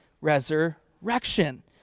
resurrection